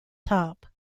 top